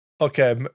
okay